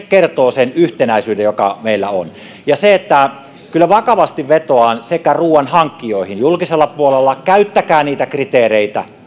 kertoo sen yhtenäisyyden joka meillä on ja kyllä vakavasti vetoan ruuanhankkijoihin julkisella puolella käyttäkää niitä kriteereitä